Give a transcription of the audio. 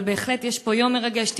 אבל בהחלט יש פה יום מרגש.